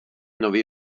nový